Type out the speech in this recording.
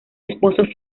esposos